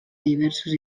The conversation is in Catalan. diversos